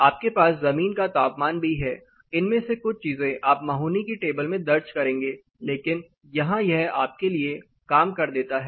आपके पास जमीन का तापमान भी है इनमें से कुछ चीजें आप महोनी की टेबल में दर्ज करेंगे लेकिन यहां यह आपके लिए काम कर देता है